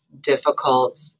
difficult